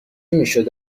میشد